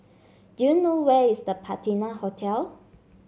do you know where is The Patina Hotel